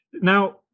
now